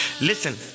listen